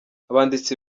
abanditsi